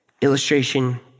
Illustration